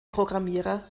programmierer